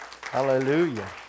Hallelujah